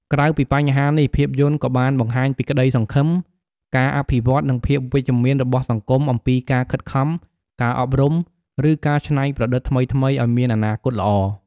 ក្រៅពីបញ្ហានេះភាពយន្តក៏បានបង្ហាញពីក្តីសង្ឃឹម ការអភិវឌ្ឍន៍ និងភាពវិជ្ជមានរបស់សង្គមអំពីការខិតខំ ការអប់រំ ឬការច្នៃប្រឌិតថ្មីៗ អោយមានអនាគតល្អ ។